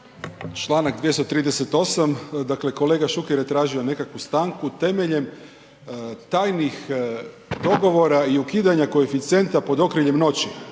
Čl. 238., dakle kolega Šuker je tražio nekakvu stanku temeljem tajnih dogovora i ukidanja koeficijenta pod okriljem noći,